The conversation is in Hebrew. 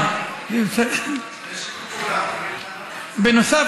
בנוסף,